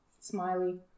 smiley